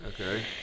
Okay